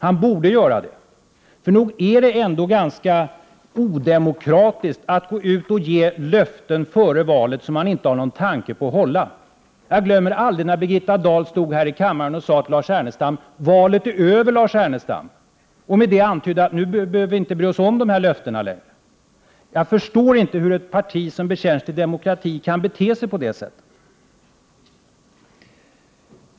Han borde göra det, för nog är det ändå ganska odemokratiskt att före valet gå ut och ge löften som man inte har en tanke på att hålla. Jag glömmer aldrig när Birgitta Dahl sade till Lars Ernestam: ”Valet är över” och med det antydde att ”nu behöver vi inte bry oss om de här löftena längre”. Jag förstår inte hur ett parti som bekänner sig till demokratin kan bete sig på det sättet.